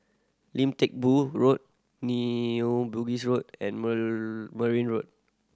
Lim Teck Boo Road New Bugis Road and Merryn Road